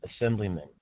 assemblyman